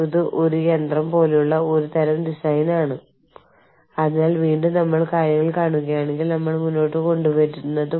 ഇപ്പോൾ ജീവനക്കാർ പ്രതീക്ഷിക്കുന്നത് ആരെങ്കിലും അവരെ അവർ എങ്ങനെയുള്ള ആളുകൾ ആയിരിക്കുന്നുവോ അങ്ങനെ തന്നെ സ്വീകരിക്കണം എന്നതാണ്